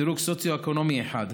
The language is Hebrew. בדירוג סוציו-אקונומי 1,